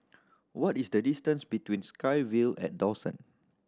what is the distance between SkyVille at Dawson